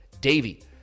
Davy